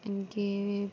ان کے